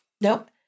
Nope